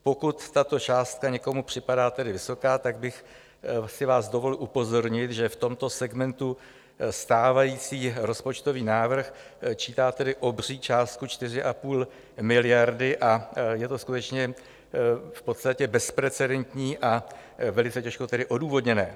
Pokud tato částka někomu připadá vysoká, tak bych si vás dovolil upozornit, že v tomto segmentu stávající rozpočtový návrh čítá obří částku 4,5 miliardy a je to skutečně v podstatě bezprecedentní a velice těžko odůvodněné.